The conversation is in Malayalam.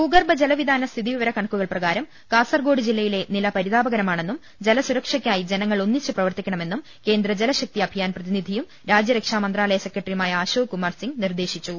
ഭൂഗർഭ ജലവിതാന സ്ഥിതി വിവര കണക്കുകൾ പ്രകാരം കാസർകോട് ജില്ലയുടെ നില പരിതാപകരമാണെന്നും ജലസുര ക്ഷയ്ക്കായി ജനങ്ങൾ ഒന്നിച്ച് പ്രവർത്തിക്കണ്മെന്നും കേന്ദ്ര ജലശക്തി അഭിയാൻ പ്രതിനിധിയും രാജ്യരക്ഷാ മന്ത്രാലയ സെക്രട്ടറിയുമായ അശോക് കുമാർ സ്വിംഗ് നീർദ്ദേശിച്ചു